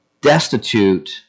destitute